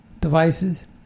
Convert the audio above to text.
devices